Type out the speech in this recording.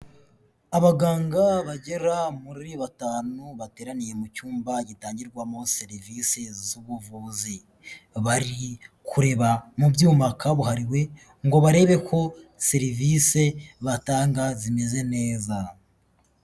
Abaganga bagera muri batanu bateraniye mu cyumba gitangirwamo serivisi z'ubuvuzi, bari kureba mu byuma kabuhariwe ngo barebe ko serivise batanga zimeze neza.